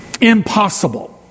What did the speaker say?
impossible